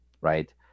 right